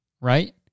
right